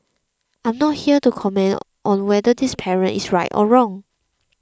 I am not here to comment on whether this parent is right or wrong